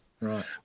Right